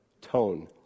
tone